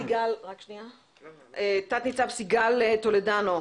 תנ"צ סיגל טולדו,